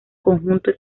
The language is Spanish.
conjunto